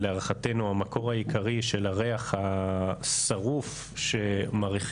שלהערכתנו המקור העיקרי של הריח השרוף שמריחים